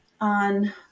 on